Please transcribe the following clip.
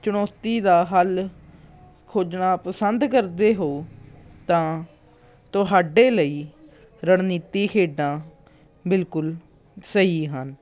ਚੁਣੌਤੀ ਦਾ ਹੱਲ ਖੋਜਣਾ ਪਸੰਦ ਕਰਦੇ ਹੋ ਤਾਂ ਤੁਹਾਡੇ ਲਈ ਰਣਨੀਤੀ ਖੇਡਾ ਬਿਲਕੁਲ ਸਹੀ ਹਨ